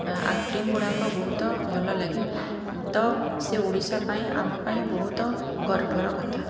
acting ଗୁଡ଼ାକ ବହୁତ ଭଲ ଲାଗେ ତ ସେ ଓଡ଼ିଶା ପାଇଁ ଆମ ପାଇଁ ବହୁତ ଗର୍ବର କଥା